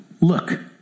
Look